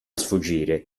sfuggire